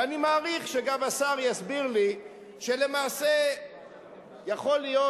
ואני מעריך שגם השר יסביר לי שלמעשה יכול להיות